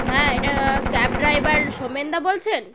হ্যাঁ এটা cab driver সৌমেনদা বলছেন